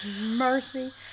mercy